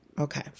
Okay